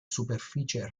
superficie